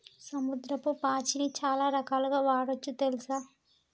సముద్రపు పాచిని చాలా రకాలుగ వాడొచ్చు తెల్సా